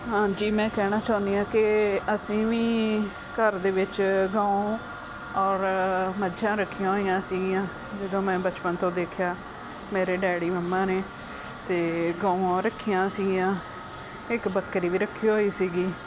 ਹਾਂਜੀ ਮੈਂ ਕਹਿਣਾ ਚਾਹੁੰਦੀ ਹਾਂ ਕਿ ਅਸੀਂ ਵੀ ਘਰ ਦੇ ਵਿੱਚ ਗਾਂ ਔਰ ਮੱਝਾਂ ਰੱਖੀਆਂ ਹੋਈਆਂ ਸੀਗੀਆਂ ਜਦੋਂ ਮੈਂ ਬਚਪਨ ਤੋਂ ਦੇਖਿਆ ਮੇਰੇ ਡੈਡੀ ਮੰਮਾ ਨੇ ਅਤੇ ਗਊਆਂ ਰੱਖੀਆਂ ਸੀਗੀਆਂ ਇੱਕ ਬੱਕਰੀ ਵੀ ਰੱਖੀ ਹੋਈ ਸੀਗੀ